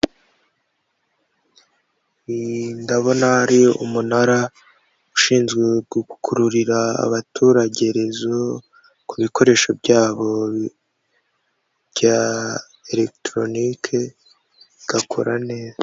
Ndabona ari umunara ushinzwe gukururira abaturage rezo ku bikoresho byabo bya elegitoronike igakora neza.